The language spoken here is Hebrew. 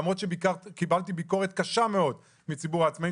למרות שקיבלתי ביקורת קשה מאוד מציבור העצמאים,